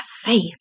faith